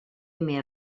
més